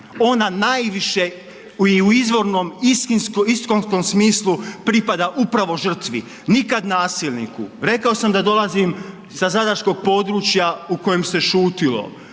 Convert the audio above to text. Ona najviše i u izvornom, iskonskom smislu pripada upravo žrtvi, nikad nasilniku. Rekao sam da dolazim sa zadarskog područja u kojem se šutjelo.